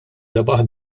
rebaħ